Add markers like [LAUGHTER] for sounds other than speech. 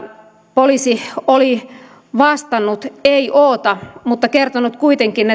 poliisi oli vastannut eioota mutta kertonut kuitenkin [UNINTELLIGIBLE]